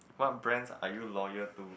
what brands are you loyal to